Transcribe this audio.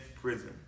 prison